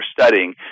studying